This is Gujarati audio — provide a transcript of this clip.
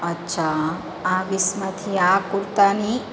અચ્છા આ વીસમાંથી આ કુર્તાની